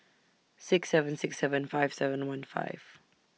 six seven six seven five seven one five